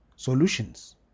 Solutions